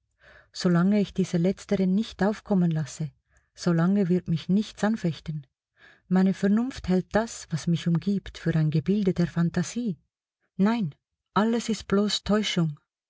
ich diese letztere nicht aufkommen lasse solange wird mich nichts anfechten meine vernunft hält das was mich umgibt für ein gebilde der phantasie nein alles ist bloß täuschung